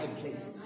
places